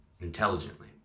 intelligently